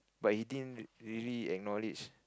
but he didn't really acknowledge